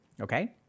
Okay